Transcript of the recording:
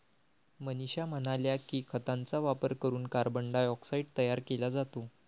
मनीषा म्हणाल्या की, खतांचा वापर करून कार्बन डायऑक्साईड तयार केला जातो